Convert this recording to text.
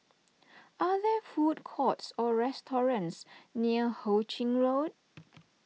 are there food courts or restaurants near Ho Ching Road